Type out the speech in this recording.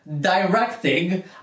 Directing